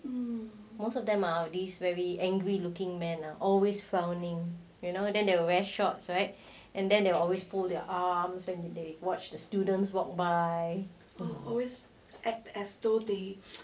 um most of them are these very angry looking men ah always frowning you know then they will wear shorts right and then they will always pull their arms and the they watch the students walk